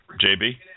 JB